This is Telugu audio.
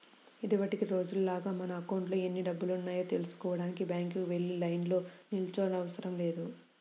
ఇదివరకటి రోజుల్లాగా మన అకౌంట్లో ఎన్ని డబ్బులున్నాయో తెల్సుకోడానికి బ్యాంకుకి వెళ్లి లైన్లో నిల్చోనవసరం లేదు